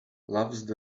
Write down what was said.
loves